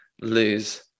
lose